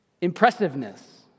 impressiveness